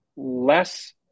less